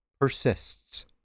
persists